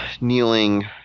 kneeling